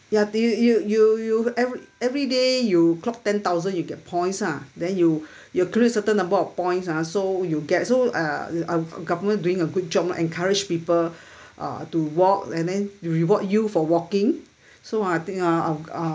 ya you you you you every everyday you clock ten thousand you get points ah then you you accumulate certain number of points ah so you get so uh our government doing a good job encourage people uh to walk and then reward you for walking so I think uh our government